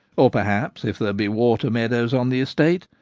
or, perhaps, if there be water meadows on the estate,